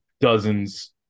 dozens